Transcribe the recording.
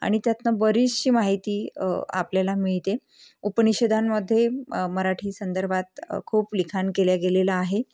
आणि त्यातनं बरीचशी माहिती आपल्याला मिळते उपनिषदांमध्ये मराठी संदर्भात खूप लिखाण केले गेलेलं आहे